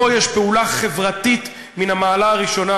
פה יש פעולה חברתית מן המעלה הראשונה.